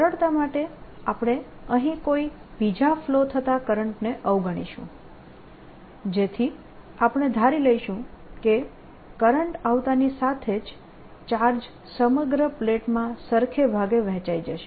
સરળતા માટે આપણે અહીં કોઈ બીજા ફ્લો થતા કરંટને અવગણીશું જેથી આપણે ધારી લઈશું કે કરંટ આવતાની સાથે જ ચાર્જ સમગ્ર પ્લેટમાં સરખે ભાગે વહેંચાઈ જશે